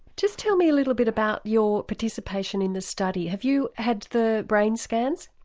just tell me a little bit about your participation in the study, have you had the brain scans?